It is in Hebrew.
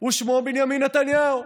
ושמו בנימין נתניהו.